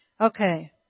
Okay